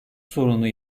sorunu